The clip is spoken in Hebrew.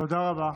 תודה רבה,